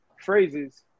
phrases